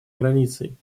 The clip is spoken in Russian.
границей